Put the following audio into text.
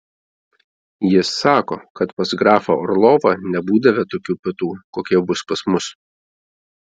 jis sako kad pas grafą orlovą nebūdavę tokių pietų kokie bus pas mus